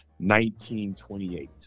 1928